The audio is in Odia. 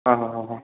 ହଁ ହଁ ହଁ ହଁ